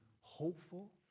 hopeful